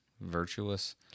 Virtuous